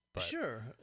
Sure